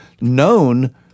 known